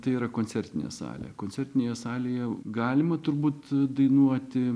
tai yra koncertine sale koncertinėje salėje galima turbūt dainuoti